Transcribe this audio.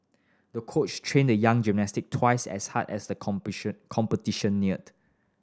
the coach trained the young gymnast twice as hard as the competition neared